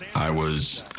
i was